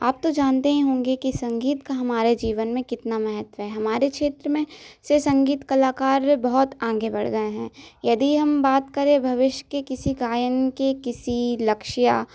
आप तो जानते ही होंगे की संगीत का हमारे जीवन में कितना महत्व है हमारे क्षेत्र में से संगीत कलाकार बहुत आंगे बढ़ गए हैं यदि हम बात करे भविष्य के किसी गायन किसी लक्ष्य या